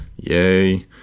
yay